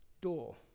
door